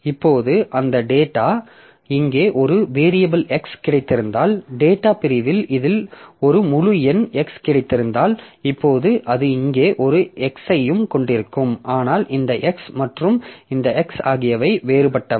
இப்போது அந்த டேட்டா இங்கே ஒரு வேரியபில் x கிடைத்திருந்தால் டேட்டா பிரிவில் இதில் ஒரு முழு எண் x கிடைத்திருந்தால் இப்போது அது இங்கே ஒரு x ஐயும் கொண்டிருக்கும் ஆனால் இந்த x மற்றும் இந்த x ஆகியவை வேறுபட்டவை